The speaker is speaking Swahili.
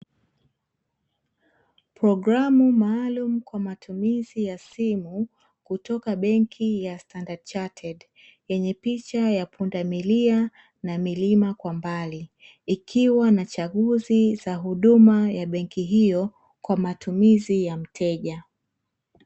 Programu maalumu kwa matumizi ya simu, kutoka benki ya "STANDARD CHARTERED", yenye picha ya pundamilia na milima kwa mbali, ikiwa na chaguzi za huduma ya benki hio, kwa matumizi ya mteja.